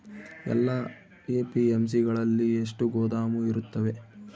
ಎಲ್ಲಾ ಎ.ಪಿ.ಎಮ್.ಸಿ ಗಳಲ್ಲಿ ಎಷ್ಟು ಗೋದಾಮು ಇರುತ್ತವೆ?